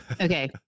Okay